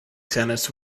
tennis